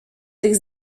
tych